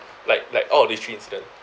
like like out of these three incident